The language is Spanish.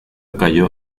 cayó